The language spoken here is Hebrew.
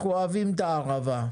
אנחנו אוהבים את הערבה.